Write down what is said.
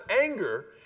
anger